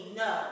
no